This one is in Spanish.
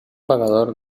pagador